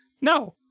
no